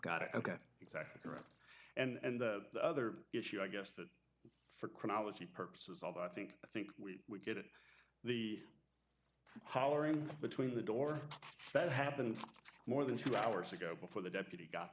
got it ok exactly right and the other issue i guess that for chronology purposes although i think i think we get the hollering between the door that happened more than two hours ago before the deputy got